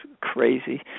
crazy